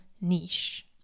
niche